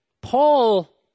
Paul